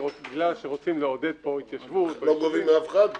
בגלל שרוצים לעודד פה התיישבות --- לא גובים מאף אחד או חלקי?